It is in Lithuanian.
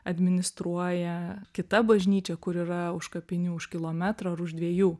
administruoja kita bažnyčia kur yra už kapinių už kilometro ar už dviejų